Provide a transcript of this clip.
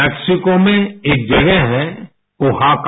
मेक्सिकोमें एक जगह है ओहाका